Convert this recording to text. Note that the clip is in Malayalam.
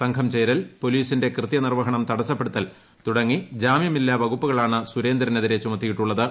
സംഘം ചേരൽ പോലീസിന്റെ കൃത്യനിർവഹണം തടസ്സപ്പെടുത്തൽ തുടങ്ങി ജാമ്യമില്ലാ വകുപ്പുകളാണ് സുരേന്ദ്രനെതിരെ ചുമത്തിയിട്ടുള്ളത്